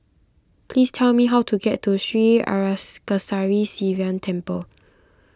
please tell me how to get to Sri Arasakesari Sivan Temple